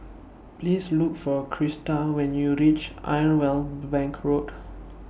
Please Look For Christa when YOU REACH Irwell Bank Road